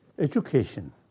education